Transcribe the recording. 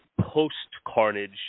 post-carnage